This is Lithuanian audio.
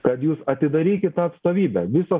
kad jūs atidarykit tą atstovybę visos